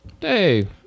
hey